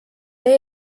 see